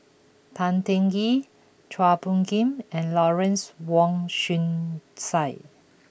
Tan Teng Kee Chua Phung Kim and Lawrence Wong Shyun Tsai